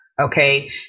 Okay